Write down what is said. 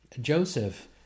Joseph